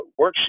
worksheet